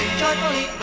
joyfully